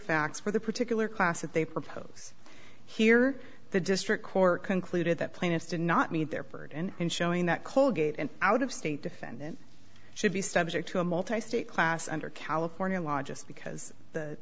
facts for the particular class that they propose here the district court concluded that plaintiffs did not meet their burden in showing that colgate and out of state defendant should be subject to a multi state class under california law just because the